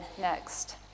next